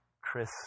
Chris